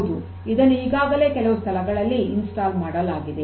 ಹೌದು ಇದನ್ನು ಈಗಾಗಲೇ ಕೆಲವು ಸ್ಥಳಗಳಲ್ಲಿ ಸ್ಥಾಪನೆ ಮಾಡಲಾಗಿದೆ